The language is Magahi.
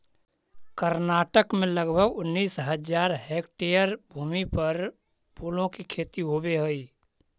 कर्नाटक में लगभग उनीस हज़ार हेक्टेयर भूमि पर फूलों की खेती होवे हई